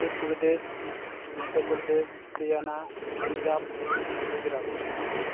Uttar Pradesh Madhya Pradesh Haryana Punjab Gujarat